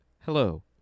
Hello